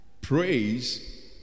praise